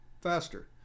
faster